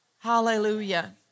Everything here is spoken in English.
Hallelujah